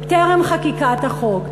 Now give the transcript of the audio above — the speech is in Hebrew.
טרם חקיקת החוק,